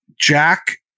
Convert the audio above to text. Jack